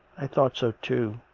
i thought so, too.